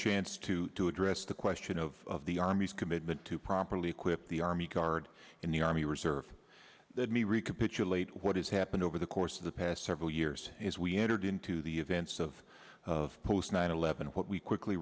chance to to address the question of the army's commitment to properly equip the army guard in the army reserve that me recapitulate what has happened over the course of the past several years is we entered into the events of of post nine eleven what we quickly